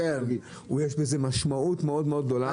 לזה יש משמעות מאוד מאוד גדולה.